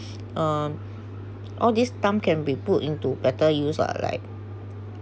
um all this time can be put into better use lah like